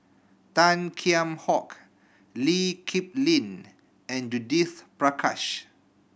Tan Kheam Hock Lee Kip Lin and Judith Prakash